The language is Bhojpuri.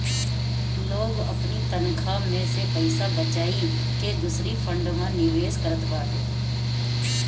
लोग अपनी तनखा में से पईसा बचाई के दूसरी फंड में निवेश करत बाटे